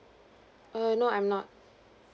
err no I'm not